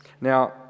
Now